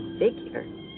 figure